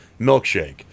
milkshake